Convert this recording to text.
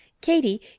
Katy